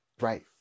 right